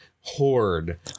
horde